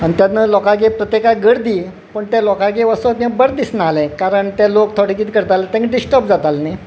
आनी तेन्ना लोकांगेर प्रत्येकागेर गर्दी पूण ते लोकांगेर वचोंक तें बर दिसनासलें कारण ते लोक थोडे कितें करताले तेंकां डिस्टर्ब जातालें न्ही